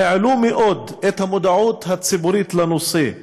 העלו מאוד את המודעות הציבורית לנושא.